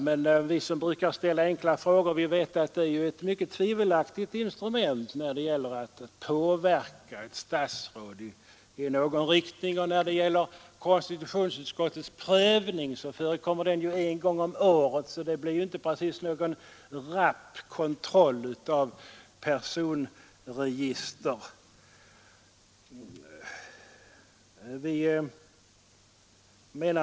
Men vi som brukar ställa enkla frågor vet att det är ett mycket tvivelaktigt instrument när det gäller att påverka ett statsråd i någon riktning. Och vad konstitutionsutskottets prövning beträffar förekommer den ju en gång om året, så det skulle inte precis bli någon rapp kontroll av personregistren.